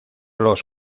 los